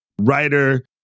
writer